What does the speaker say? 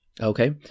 Okay